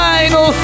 Final